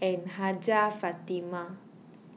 and Hajjah Fatimah